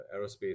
Aerospace